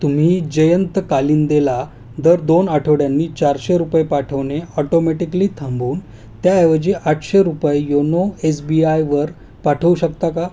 तुम्ही जयंत कालिंदेला दर दोन आठवड्यांनी चारशे रुपये पाठवणे ऑटोमॅटिकली थांबवून त्याऐवजी आठशे रुपये योनो एस बी आयवर पाठवू शकता का